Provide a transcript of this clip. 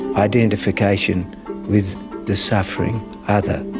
identification with the suffering other.